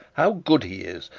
how good he is,